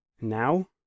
Now